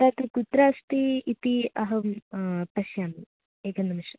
तत् कुत्र अस्ति इति अहं पश्यामि एकं निमिषम्